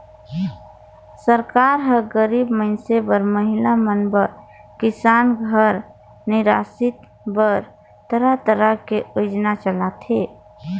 सरकार हर गरीब मइनसे बर, महिला मन बर, किसान घर निरासित बर तरह तरह के योजना चलाथे